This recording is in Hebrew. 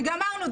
וגמרנו,